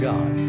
God